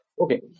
okay